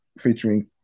featuring